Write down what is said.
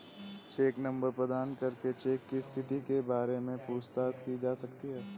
check number प्रदान करके cheque की स्थिति के बारे में पूछताछ की जा सकती है